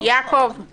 אז